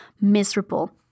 miserable